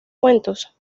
cuentos